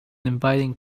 inviting